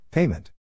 Payment